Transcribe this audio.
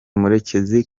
murekezi